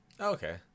Okay